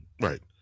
Right